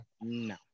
no